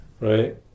right